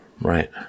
Right